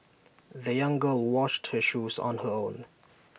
the young girl washed her shoes on her own